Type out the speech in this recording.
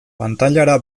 pantailara